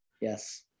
yes